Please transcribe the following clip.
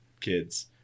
kids